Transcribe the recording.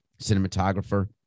cinematographer